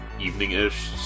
evening-ish